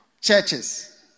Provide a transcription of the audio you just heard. churches